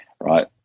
right